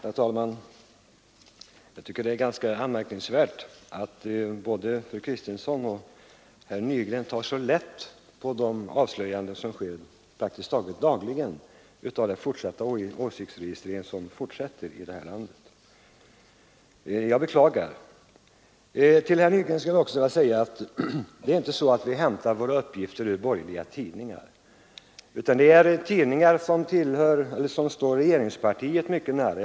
Herr talman! Det är ganska anmärkningsvärt att både fru Kristensson och herr Nygren tar så lätt på de avslöjanden som sker praktiskt taget dagligen av den fortsatta åsiktsregistreringen i detta land. Jag beklagar detta. Till herr Nygren vill jag även säga att vi inte hämtar våra uppgifter ur borgerliga tidningar utan ur tidningar som står regeringspartiet mycket nära.